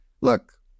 look